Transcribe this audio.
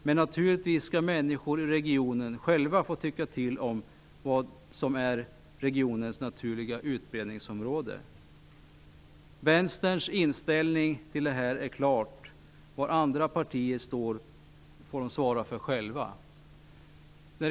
Men människor i regionen skall naturligtvis själva få tycka till om vad som är regionens naturliga utbredningsområde. Vänsterns inställning till detta är klar. Andra partier får själva svara för var de står.